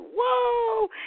whoa